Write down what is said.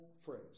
phrase